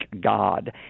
God